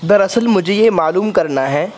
در اصل مجھے یہ معلوم کرنا ہے